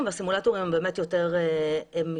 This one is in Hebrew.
והסימולטורים הם באמת יותר זולים.